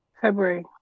February